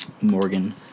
Morgan